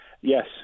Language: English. Yes